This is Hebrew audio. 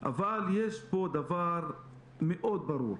- אבל יש פה דבר מאוד ברור.